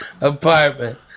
apartment